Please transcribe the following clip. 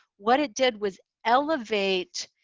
what it did was elevate